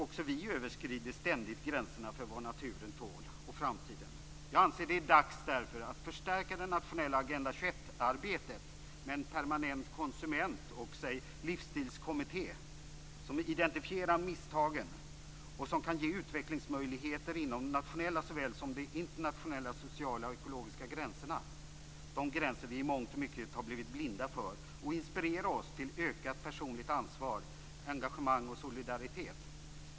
Också vi överskrider ständigt gränserna för vad naturen och framtiden tål. Jag anser därför att det är dags att förstärka det nationella Agenda 21-arbetet med en permanent konsument och livsstilskommitté, som identifierar misstagen och som kan ge utvecklingsmöjligheter inom såväl de nationella som de internationella sociala och ekologiska gränserna, de gränser som vi i mångt och mycket har blivit blinda för, och att inspirera oss att ta ett ökat personligt ansvar, ett större engagemang och visa ökad solidaritet.